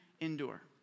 endure